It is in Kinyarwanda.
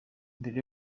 mbere